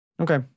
Okay